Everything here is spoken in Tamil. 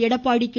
எடப்பாடி கே